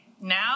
Now